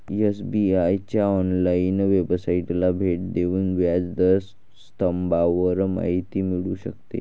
SBI च्या online वेबसाइटला भेट देऊन व्याज दर स्तंभावर माहिती मिळू शकते